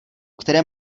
které